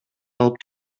алып